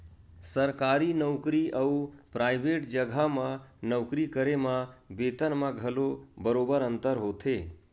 सरकारी नउकरी अउ पराइवेट जघा म नौकरी करे म बेतन म घलो बरोबर अंतर होथे